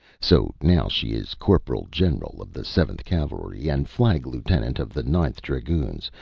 so now she is corporal-general of the seventh cavalry, and flag-lieutenant of the ninth dragoons,